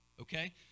okay